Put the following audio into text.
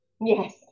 Yes